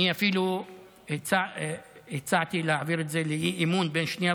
אני אפילו הצעתי להעביר את זה לאי-אמון בין שנייה